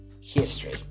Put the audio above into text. history